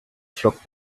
flockt